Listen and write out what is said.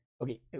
Okay